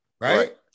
Right